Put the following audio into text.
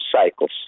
cycles